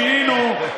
ישתו לו את דם,